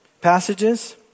passages